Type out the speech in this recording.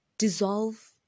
Dissolve